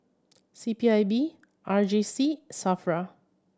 C P I B R J C SAFRA